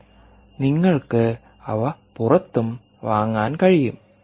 എന്നാൽ നിങ്ങൾക്ക് അവ പുറത്തും വാങ്ങാൻ കഴിയും